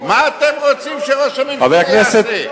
מה אתם רוצים שראש הממשלה יעשה?